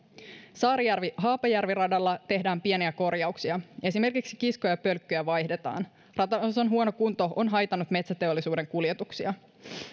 saarijärvi haapajärvi radalla tehdään pieniä korjauksia esimerkiksi kiskoja ja pölkkyjä vaihdetaan rataosan huono kunto on haitannut metsäteollisuuden kuljetuksia